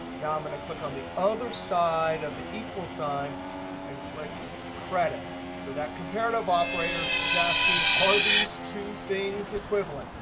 now i'm going to click on the other side of the equals sign and click credits. so that comparative operator is asking, are these two things equivalent?